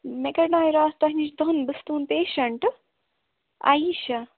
مےٚ کَڈنایے رَاتھ تۄہہِ نِش دنٛد بہٕ چھَس تُہُنٛد پیشنٛٹہٕ عایشہ